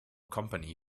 company